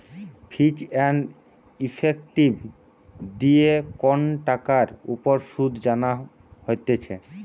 ফিচ and effective দিয়ে কন টাকার উপর শুধ জানা হতিছে